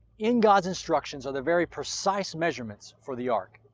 in god's instructions are the very precise measurements for the ark.